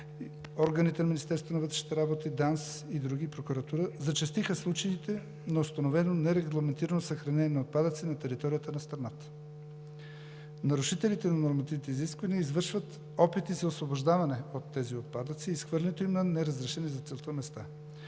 органите на Министерството на вътрешните работи, ДАНС и други, Прокуратура, зачестиха случаите на установено нерегламентирано съхранение на отпадъци на територията на страната. Нарушителите на нормативните изисквания изискват опити за освобождаване от тези отпадъци и изхвърлянето им на неразрешени за целта места.